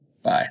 Bye